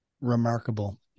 remarkable